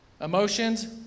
Emotions